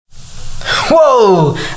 Whoa